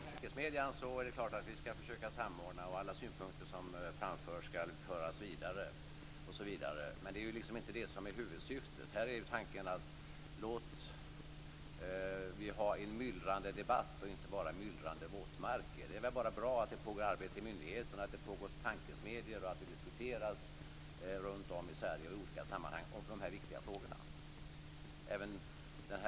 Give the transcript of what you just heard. Fru talman! När det gäller tankesmedjan är det klart att vi skall försöka göra en samordning och att alla de synpunkter som framförs skall föras vidare, men det är inte det som är huvudsyftet. Tanken är den att vi skall ha inte bara myllrande våtmarker utan också en myllrande debatt. Det är väl bara bra att det pågår arbete inom myndigheterna, att det anordnas tankesmedjor och att det diskuteras runtom i Sverige i olika sammanhang i dessa viktiga frågor.